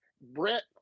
Brett